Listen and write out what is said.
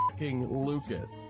Lucas